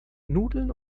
nudeln